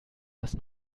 das